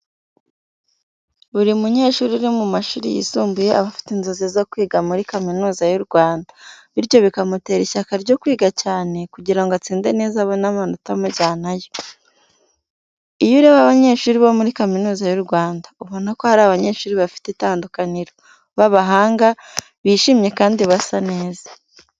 Buri munyeshuri uri mu mashuri yisumbuye aba afite inzozi zo kwiga muri Kaminuza y’u Rwanda, bityo bikamutera ishyaka ryo kwiga cyane kugira ngo atsinde neza abone amanota amujyanayo. Iyo ureba abanyeshuri bo muri Kaminuza y’u Rwanda, ubona ko ari abanyeshuri bafite itandukaniro, b’abahanga, bishimye kandi basa neza.